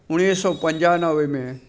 उणिवीह सौ पंजानवे में